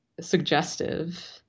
suggestive